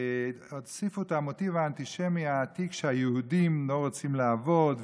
עוד הוסיפו את המוטיב האנטישמי העתיק שהיהודים לא רוצים לעבוד,